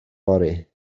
fory